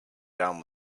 down